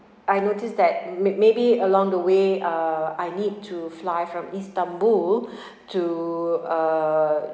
I notice that may~ maybe along the way uh I need to fly from istanbul to uh